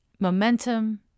momentum